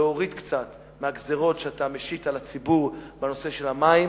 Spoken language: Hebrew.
להוריד קצת מהגזירות שאתה משית על הציבור בנושא המים.